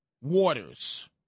waters